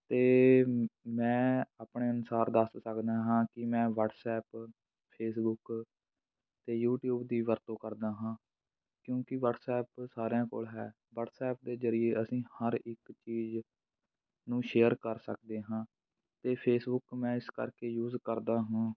ਅਤੇ ਮੈਂ ਆਪਣੇ ਅਨੁਸਾਰ ਦੱਸ ਸਕਦਾ ਹਾਂ ਕਿ ਮੈਂ ਵਟਸਐਪ ਫੇਸਬੁੱਕ ਅਤੇ ਯੂਟਿਊਬ ਦੀ ਵਰਤੋਂ ਕਰਦਾ ਹਾਂ ਕਿਉਂਕਿ ਵਟਸਐਪ ਸਾਰਿਆਂ ਕੋਲ ਹੈ ਵਟਸਐਪ ਦੇ ਜ਼ਰੀਏ ਅਸੀਂ ਹਰ ਇੱਕ ਚੀਜ਼ ਨੂੰ ਸ਼ੇਅਰ ਕਰ ਸਕਦੇ ਹਾਂ ਅਤੇ ਫੇਸਬੁੱਕ ਮੈਂ ਇਸ ਕਰਕੇ ਯੂਜ ਕਰਦਾ ਹਾਂ